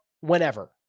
whenever